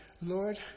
Lord